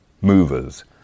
movers